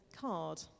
card